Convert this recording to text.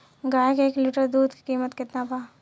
गाय के एक लीटर दुध के कीमत केतना बा?